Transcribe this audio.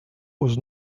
was